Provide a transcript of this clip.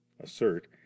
assert